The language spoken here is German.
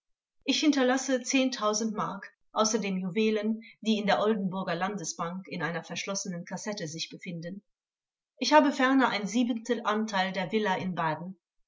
ich hinterlasse mark außer den juwelen die in der oldenburger landesbank in einer verschlossenen kassette sich befinden ich habe ferner ein siebentel anteil der villa in baden